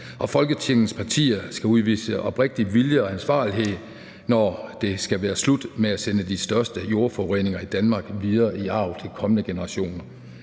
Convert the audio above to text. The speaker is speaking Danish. Folketingets partier skal udvise oprigtig vilje og ansvarlighed, når det skal være slut med at sende de største jordforureninger i Danmark videre i arv til kommende generationer.